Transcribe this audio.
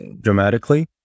dramatically